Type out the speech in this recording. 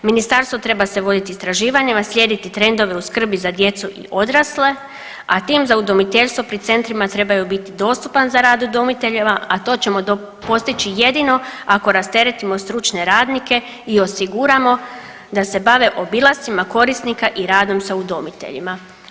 Ministarstvo treba se voditi istraživanjem, a slijediti trendove o skrbi za djecu i odrasle, a tim za udomiteljstvo pri centrima trebaju biti dostupan za rad udomiteljeva, a to ćemo postići jedino ako rasteretimo stručne radnike i osiguramo da se bave obilascima korisnika i radom sa udomiteljima.